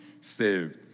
saved